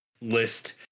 list